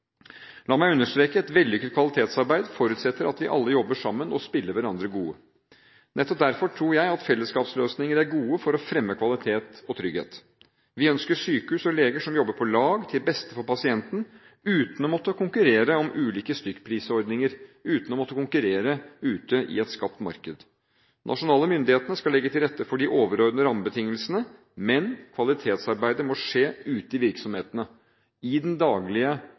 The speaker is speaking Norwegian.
La meg understreke at et vellykket kvalitetsarbeid forutsetter at vi alle jobber sammen og spiller hverandre gode. Nettopp derfor tror jeg at fellesskapsløsninger er gode for å fremme kvalitet og trygghet. Vi ønsker sykehus og leger som jobber på lag, til det beste for pasienten, uten å måtte konkurrere om ulike stykkprisordninger og uten å måtte konkurrere ute i et skapt marked. De nasjonale myndighetene skal legge til rette for de overordnete rammebetingelsene, men kvalitetsarbeidet må skje ute i virksomhetene, i den daglige